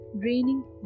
draining